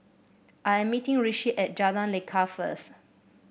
I'm meeting Rishi at Jalan Lekar first